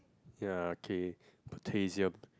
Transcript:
ya okay potassium